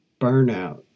burnout